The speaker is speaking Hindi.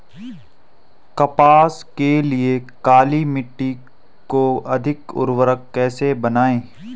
कपास के लिए काली मिट्टी को अधिक उर्वरक कैसे बनायें?